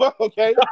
okay